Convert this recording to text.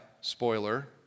spoiler